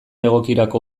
egokirako